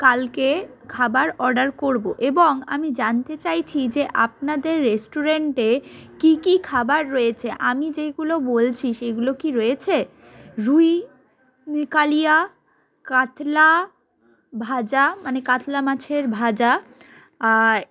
কালকে খাবার অর্ডার করব এবং আমি জানতে চাইছি যে আপনাদের রেস্টুরেন্টে কী কী খাবার রয়েছে আমি যেইগুলো বলছি সেগুলো কি রয়েছে রুই কালিয়া কাতলা ভাজা মানে কাতলা মাছের ভাজা আর